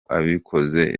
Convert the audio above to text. abikoze